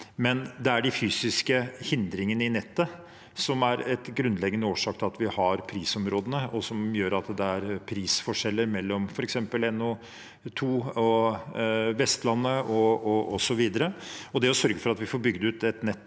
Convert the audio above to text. til. Det er de fysiske hindringene i nettet som er en grunnleggende årsak til at vi har prisområdene, og som gjør at det er prisforskjeller mellom f.eks. NO2 og Vestlandet osv. Det å sørge for at vi får bygd ut et nett